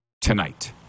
tonight